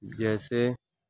جیسے